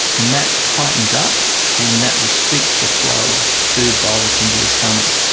and that tightens up and that restricts the flow of food bolus into your stomach.